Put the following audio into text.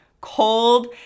cold